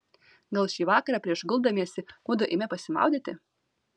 gal šį vakarą prieš guldamiesi mudu eime pasimaudyti